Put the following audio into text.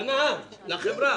לנהג, לחברה.